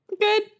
Good